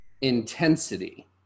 intensity